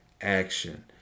action